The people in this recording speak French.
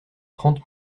trente